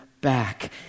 back